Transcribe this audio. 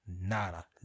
Nada